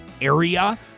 area